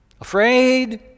Afraid